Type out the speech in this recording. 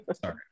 sorry